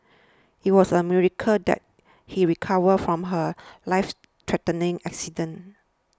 it was a miracle that he recovered from her lifethreatening accident